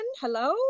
Hello